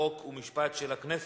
חוק ומשפט של הכנסת.